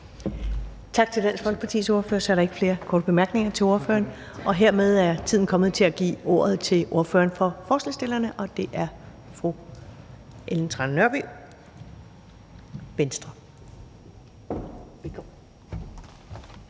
Tak til Dansk Folkepartis ordfører. Så er der ikke flere korte bemærkninger til ordføreren. Hermed er tiden kommet til at give ordet til ordføreren for forslagsstillerne. Det er fru Ellen Trane Nørby, Venstre. Velkommen.